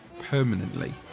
permanently